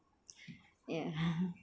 yeah